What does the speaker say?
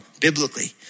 biblically